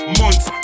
months